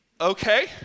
Okay